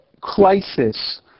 crisis